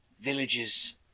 villages